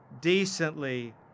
decently